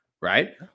right